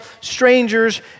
strangers